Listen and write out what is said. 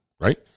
right